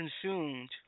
consumed